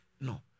No